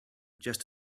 just